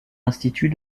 institut